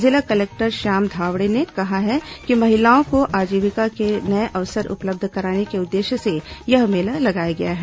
जिला कलेक्टर श्माम धावड़े ने कहा कि महिलाओं को आजीविका के नये अवसर उपलब्ध कराने के उद्देश्य से यह मेला लगाया गया है